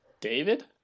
David